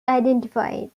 identified